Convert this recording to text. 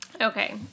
Okay